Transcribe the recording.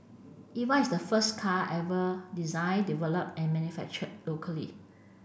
Eva is the first car ever designed developed and manufactured locally